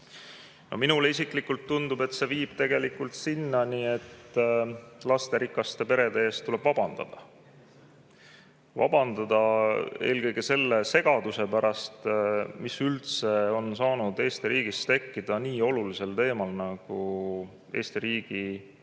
Minule isiklikult tundub, et see viib sinnani, et lasterikaste perede ees tuleb vabandada. Vabandada eelkõige selle segaduse pärast, mis üldse on saanud Eesti riigis tekkida nii olulisel teemal nagu Eesti riigi ja